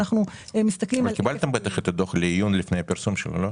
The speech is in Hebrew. בטח קיבלתם את הדוח לעיון לפני הפרסום שלו.